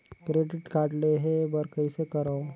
Credit card लेहे बर कइसे करव?